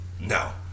No